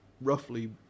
roughly